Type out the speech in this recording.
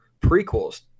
prequels